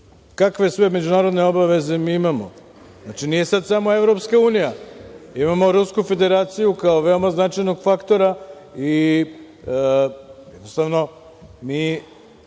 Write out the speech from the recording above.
kakve sve međunarodne obaveze mi imamo. Nije sad samo EU, imamo Rusku Federaciju kao veoma značajnog faktora i jednostavno, mi